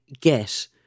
get